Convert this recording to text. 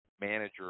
manager